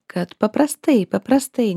kad paprastai paprastai